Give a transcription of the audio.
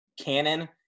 canon